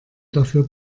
dafür